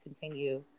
continue